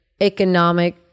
economic